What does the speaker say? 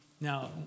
Now